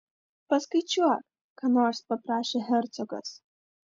paskaičiuok ką nors paprašė hercogas